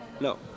No